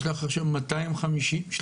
יש לך עכשיו 350 חופשיים.